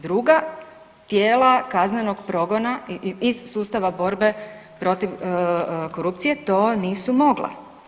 Druga tijela kaznenog progona iz sustava borbe protiv korupcije to nisu mogla.